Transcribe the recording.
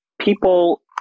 People